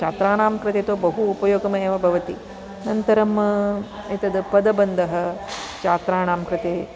छात्राणाम् कृते तु बहु उपयोगमेव भवति अनन्तरम् एतद् पदबन्धः छात्राणां कृते